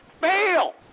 fail